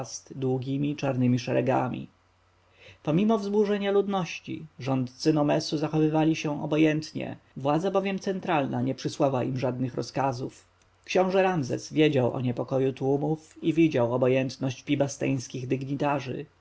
długiemi czarnemi szeregami pomimo wzburzenia ludności rządcy nomesu zachowywali się obojętnie władza bowiem centralna nie przysłała im żadnych rozkazów książę ramzes wiedział o niepokoju tłumów i widział obojętność pi-basteńskich dygnitarzy